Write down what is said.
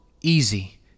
easy